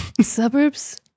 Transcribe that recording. Suburbs